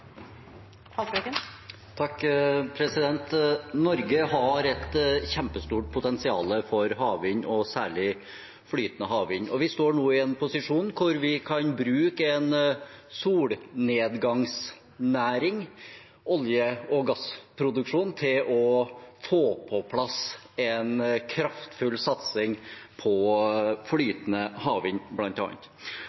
Haltbrekken – til oppfølgingsspørsmål. Norge har et kjempestort potensial for havvind, og særlig flytende havvind. Vi står nå i en posisjon hvor vi kan bruke en solnedgangsnæring – olje- og gassproduksjonen – til å få på plass en kraftfull satsing på